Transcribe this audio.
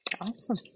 Awesome